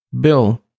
bill